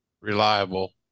reliable